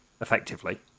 effectively